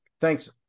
Thanks